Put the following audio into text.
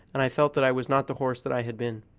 and i felt that i was not the horse that i had been.